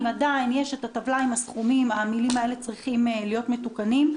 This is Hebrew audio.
אם עדיין יש את הטבלה עם הסכומים המילים הללו צריכות להיות מתוקנות.